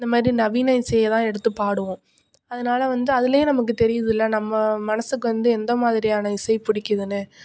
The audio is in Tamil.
இந்த மாதிரி நவீன இசையைதான் எடுத்து பாடுவோம் அதனால வந்து அதுலேயே நமக்கு தெரியுதுல நம்ம மனசுக்கு வந்து எந்த மாதிரியான இசை பிடிக்குதுனு